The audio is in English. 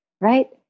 right